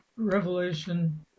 Revelation